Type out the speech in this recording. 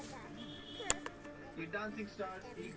पूँजी जुत्वार तने बोंडोक बेचाल जाहा